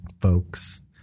folks